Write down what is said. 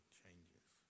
changes